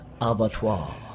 abattoir